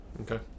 okay